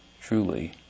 truly